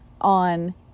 on